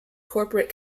corporate